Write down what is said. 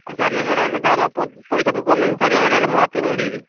ଚାରି ହଜାର ହେଲେ ତାର ପଇସା ମୁଁ କମେଇବି ଚାରି ହଜାର ହେଲେ ମୋ ହାତରୁ ମୁଁ ଦେବି